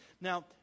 Now